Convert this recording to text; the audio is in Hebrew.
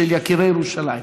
מיקירי ירושלים.